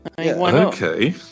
Okay